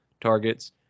targets